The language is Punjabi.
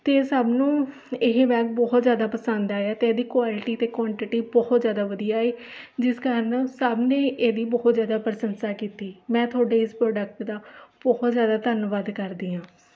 ਅਤੇ ਸਭ ਨੂੰ ਇਹ ਬੈਗ ਬਹੁਤ ਜ਼ਿਆਦਾ ਪਸੰਦ ਆਇਆ ਅਤੇ ਇਹਦੀ ਕੁਆਲਿਟੀ ਅਤੇ ਕੁਆਂਟਿਟੀ ਬਹੁਤ ਜ਼ਿਆਦਾ ਵਧੀਆ ਏ ਜਿਸ ਕਾਰਨ ਸਭ ਨੇ ਇਹਦੀ ਬਹੁਤ ਜ਼ਿਆਦਾ ਪ੍ਰਸੰਸਾ ਕੀਤੀ ਮੈਂ ਤੁਹਾਡੇ ਇਸ ਪ੍ਰੋਡਕਟ ਦਾ ਬਹੁਤ ਜ਼ਿਆਦਾ ਧੰਨਵਾਦ ਕਰਦੀ ਹਾਂ